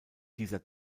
dieser